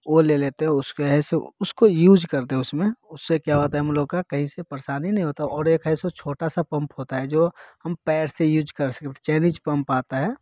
वो ले लेते हैं उसके ऐसो उसको यूज करते हैं उसमें उससे क्या होता है हम लोग का कहीं से परेशानी नहीं होता और एक ऐसो छोटा सा पंप होता है जो हम पैर से यूज कर सकते हैं चैनीज पंप आता है